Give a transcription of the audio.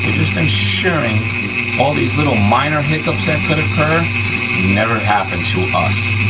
just ensuring all these little minor hiccups that could occur never happen to us.